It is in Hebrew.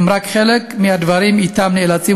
אלה הם רק חלק מהדברים שאתם נאלצים